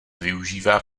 využívá